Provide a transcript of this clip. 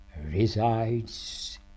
resides